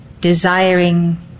desiring